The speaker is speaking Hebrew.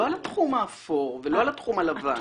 לא על התחום האפור ולא על התחום הלבן.